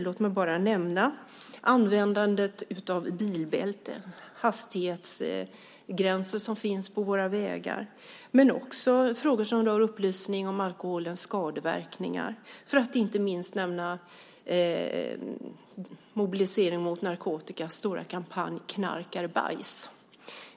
Jag kan nämna användandet av bilbälte, hastighetsgränser på våra vägar och även frågor som rör upplysning om alkoholens skadeverkningar. Det kan också vara mobiliseringen mot narkotika och stora kampanjer som Knark är bajs.